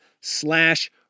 slash